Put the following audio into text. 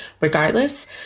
regardless